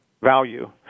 value